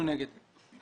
אנחנו נגד.